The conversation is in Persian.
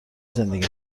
زندگی